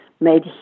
made